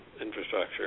infrastructure